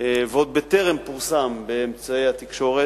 ועוד בטרם פורסם באמצעי התקשורת,